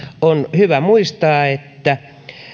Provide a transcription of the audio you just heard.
on hyvä muistaa että